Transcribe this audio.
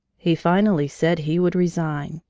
he finally said he would resign.